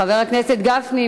חבר הכנסת גפני,